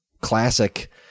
classic